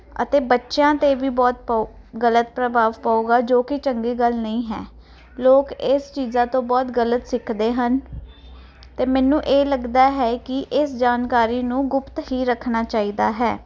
ਅਤੇ ਬੱਚਿਆਂ ਤੇ ਵੀ ਬਹੁਤ ਗਲਤ ਪ੍ਰਭਾਵ ਪਊਗਾ ਜੋ ਕਿ ਚੰਗੀ ਗੱਲ ਨਹੀਂ ਹੈ ਲੋਕ ਇਸ ਚੀਜ਼ਾਂ ਤੋਂ ਬਹੁਤ ਗਲਤ ਸਿੱਖਦੇ ਹਨ ਤੇ ਮੈਨੂੰ ਇਹ ਲੱਗਦਾ ਹੈ ਕਿ ਇਸ ਜਾਣਕਾਰੀ ਨੂੰ ਗੁਪਤ ਹੀ ਰੱਖਣਾ ਚਾਹੀਦਾ ਹੈ